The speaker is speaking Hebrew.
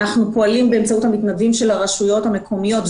אנחנו פועלים באמצעות המתנדבים של הרשויות המקומיות,